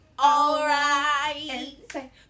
alright